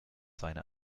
seine